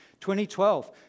2012